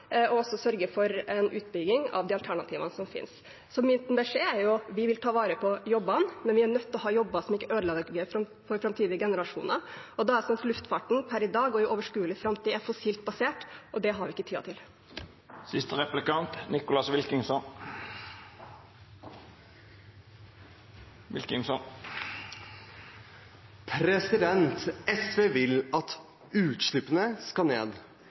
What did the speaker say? og sørge for en utbygging av de alternativene som finnes. Min beskjed er at vi vil ta vare på jobbene, men vi er nødt til å ha jobber som ikke ødelegger for framtidige generasjoner. Da er det sånn at luftfarten per i dag og i overskuelig framtid er fossilt basert, og det har vi ikke tid til. SV vil at utslippene skal ned, og at forskjellene skal ned.